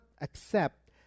accept